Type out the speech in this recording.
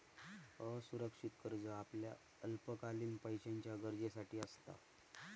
असुरक्षित कर्ज आपल्या अल्पकालीन पैशाच्या गरजेसाठी असता